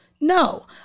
No